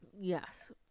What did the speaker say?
yes